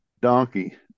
donkey